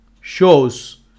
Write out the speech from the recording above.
shows